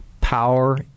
power